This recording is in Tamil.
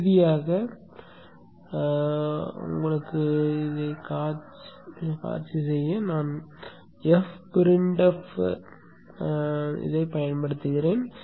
இறுதியாக காட்சிக்கு நான் fprintf அறிக்கையைப் பயன்படுத்துகிறேன்